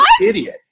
idiot